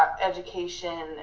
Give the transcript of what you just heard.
education